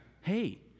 hey